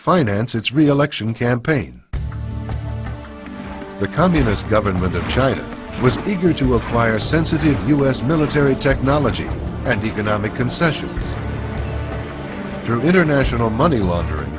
finance its reelection campaign the communist government of china was eager to acquire sensitive u s military technology and economic concessions through international money laundering